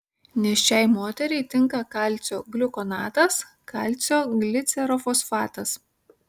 nėščiai moteriai tinka kalcio gliukonatas kalcio glicerofosfatas